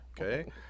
Okay